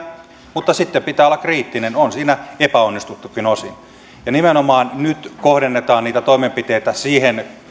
mutta sitten pitää olla kriittinen on siinä epäonnistuttukin osin ja nimenomaan nyt kohdennetaan toimenpiteitä siihen